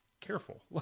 careful